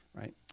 right